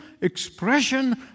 expression